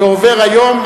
ועובר היום,